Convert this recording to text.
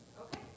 Okay